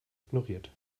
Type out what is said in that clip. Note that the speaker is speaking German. ignoriert